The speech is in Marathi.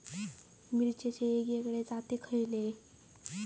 मिरचीचे वेगवेगळे जाती खयले?